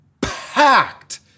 packed